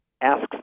asks